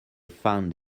found